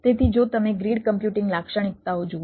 તેથી જો તમે ગ્રીડ કમ્પ્યુટિંગ લાક્ષણિકતાઓ જુઓ